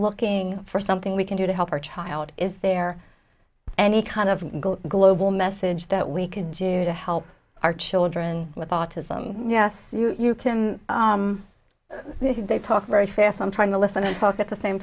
looking for something we can do to help our child is there any kind of global message that we can do to help our children with autism yes you can if they talk very fast i'm trying to listen and talk at the same